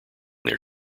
their